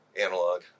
Analog